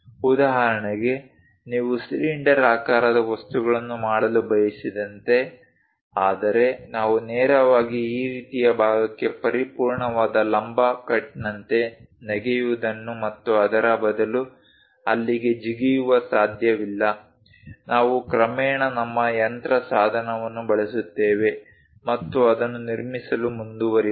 ಉದಾಹರಣೆಗೆ ನೀವು ಸಿಲಿಂಡರಾಕಾರದ ವಸ್ತುಗಳನ್ನು ಮಾಡಲು ಬಯಸಿದಂತೆ ಆದರೆ ನಾವು ನೇರವಾಗಿ ಈ ರೀತಿಯ ಭಾಗಕ್ಕೆ ಪರಿಪೂರ್ಣವಾದ ಲಂಬ ಕಟ್ನಂತೆ ನೆಗೆಯುವುದನ್ನು ಮತ್ತು ಅದರ ಬದಲು ಅಲ್ಲಿಗೆ ಜಿಗಿಯಲು ಸಾಧ್ಯವಿಲ್ಲ ನಾವು ಕ್ರಮೇಣ ನಮ್ಮ ಯಂತ್ರ ಸಾಧನವನ್ನು ಬಳಸುತ್ತೇವೆ ಮತ್ತು ಅದನ್ನು ನಿರ್ಮಿಸಲು ಮುಂದುವರಿಯುತ್ತೇವೆ